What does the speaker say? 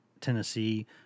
Tennessee